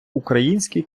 український